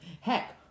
Heck